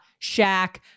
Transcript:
Shaq